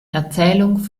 erzählung